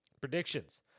predictions